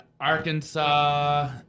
Arkansas